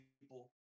people